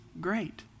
great